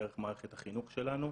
דרך מערכת החינוך שלנו,